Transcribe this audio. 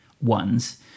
ones